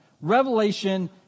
Revelation